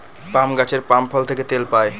পাম গাছের পাম ফল থেকে তেল পাই